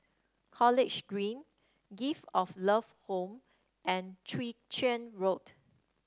College Green Gift of Love Home and Chwee Chian Road